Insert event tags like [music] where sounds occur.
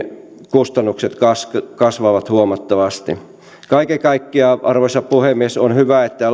kustannukset kasvavat kasvavat huomattavasti kaiken kaikkiaan arvoisa puhemies on hyvä että [unintelligible]